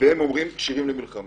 והם אומרים שהם כשירים למלחמה.